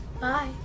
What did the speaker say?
Bye